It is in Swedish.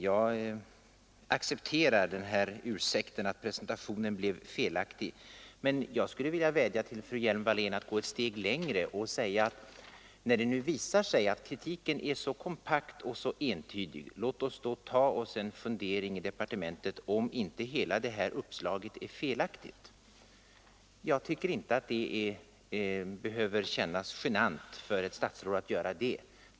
Jag accepterar ”ursäkten” att presentationen blev felaktig, men jag skulle vilja vädja till fru Hjelm-Wallén att gå ett steg längre och säga att när det nu visar sig att kritiken är så kompakt och så entydig, låt oss då ta en funderare i departementet över om inte hela uppslaget är felaktigt. Jag tycker inte det behöver kännas genant för ett statsråd att göra det.